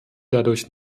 dadurch